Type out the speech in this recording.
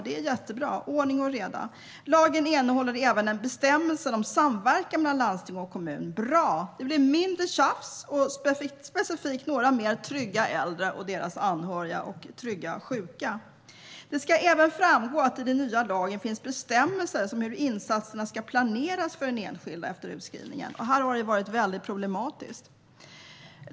Det är jättebra - ordning och reda. Lagen innehåller även bestämmelser om samverkan mellan landsting och kommun. Det är bra. Det blir mindre tjafs och specifikt något tryggare äldre och deras anhöriga och tryggare sjuka. Det ska även framgå att det i den nya lagen finns bestämmelser om hur insatserna ska planeras för den enskilda efter utskrivningen. Här har det varit mycket problematiskt.